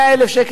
100,000 שקל.